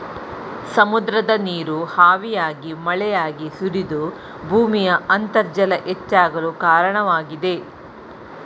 ಸಮುದ್ರದ ನೀರು ಹಾವಿಯಾಗಿ ಮಳೆಯಾಗಿ ಸುರಿದು ಭೂಮಿಯ ಅಂತರ್ಜಲ ಹೆಚ್ಚಾಗಲು ಕಾರಣವಾಗಿದೆ